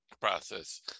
process